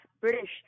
British